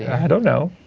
i don't know.